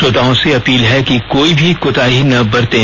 श्रोताओं से अपील है कि कोई भी कोताही न बरतें